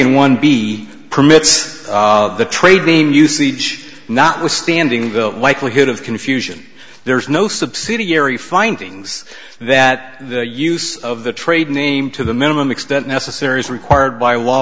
a one b permits the trading usage notwithstanding the likelihood of confusion there is no subsidiary findings that the use of the trade name to the minimum extent necessary as required by law